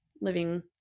living